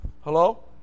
Hello